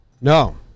No